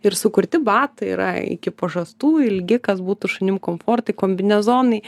ir sukurti batai yra iki pažastų ilgi kas būtų šunim komfortui kombinezonai